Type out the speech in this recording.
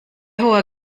hoher